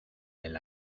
del